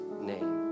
name